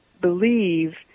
believe